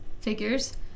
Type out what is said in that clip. figures